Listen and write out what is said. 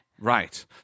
Right